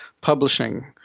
publishing